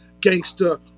gangster